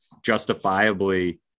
justifiably